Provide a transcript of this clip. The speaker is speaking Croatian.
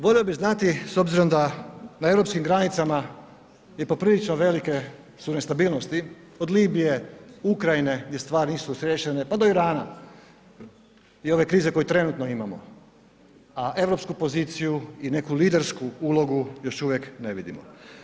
Volio bi znati s obzirom da na europskim granicama je poprilično velike su nestabilnosti, od Libije, Ukrajine, gdje stvari nisu riješene, pa do Irana i ove krize koju trenutno imamo, a europsku poziciju i neku lidersku ulogu još uvijek ne vidimo.